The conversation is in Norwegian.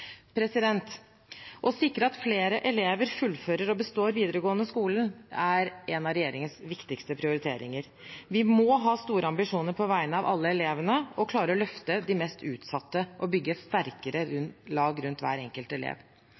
Å sikre at flere elever fullfører og består videregående skole er en av regjeringens viktigste prioriteringer. Vi må ha store ambisjoner på vegne av alle elevene, klare å løfte de mest utsatte og bygge et sterkere lag rundt hver enkelt elev.